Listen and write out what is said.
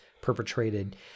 perpetrated